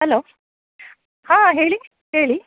hello ಹಾಂ ಹೇಳಿ ಹೇಳಿ